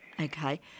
Okay